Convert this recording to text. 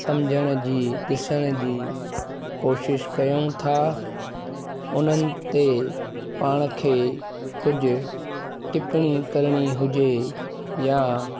समुझण जी ॾिसण जी कोशिशि कयूं था उन्हनि ते पाण खे कुझु टिपिणी करिणी हुजे या